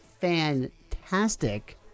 fantastic